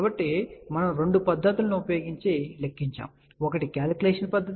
కాబట్టి మనము రెండు పద్ధతులను ఉపయోగించి లెక్కించాము ఒకటి కాలిక్యులేషన్ పద్ధతి